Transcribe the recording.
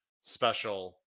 special